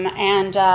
um and,